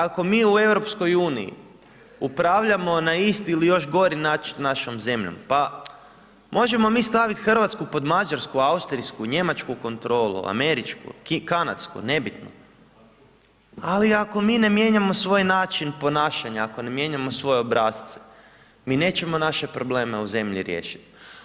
Ako mi u EU upravljamo na isti ili još gori način našom zemljom, pa možemo mi staviti Hrvatsku pod mađarsku, austrijsku, njemačku kontrolu, američku, kanadsku, nebitno, ali ako mi ne mijenjamo svoj način ponašanja, ako ne mijenjamo svoje obrasce mi nećemo naše probleme u zemlji riješiti.